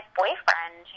boyfriend